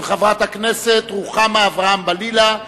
של חברת הכנסת רוחמה אברהם-בלילא,